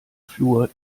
flur